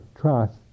trust